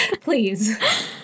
Please